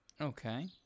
Okay